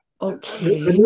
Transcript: Okay